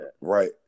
right